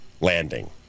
landing